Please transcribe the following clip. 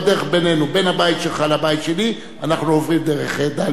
בין הבית שלך לבית שלי אנחנו עוברים דרך דאליה ועוספיא.